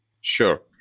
Sure